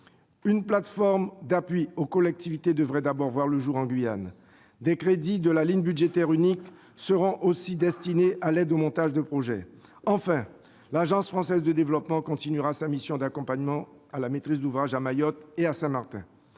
Une plateforme d'appui aux collectivités devrait d'abord voir le jour en Guyane. Des crédits de la ligne budgétaire unique seront aussi destinés à l'aide au montage de projets. Enfin, l'Agence française de développement (AFD) continuera sa mission d'accompagnement à la maîtrise d'ouvrage à Mayotte et à Saint-Martin.